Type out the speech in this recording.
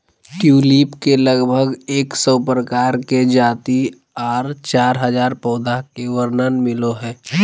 tulip के लगभग एक सौ प्रकार के जाति आर चार हजार पौधा के वर्णन मिलो हय